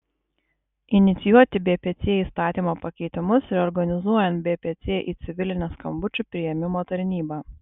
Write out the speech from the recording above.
inicijuoti bpc įstatymo pakeitimus reorganizuojant bpc į civilinę skambučių priėmimo tarnybą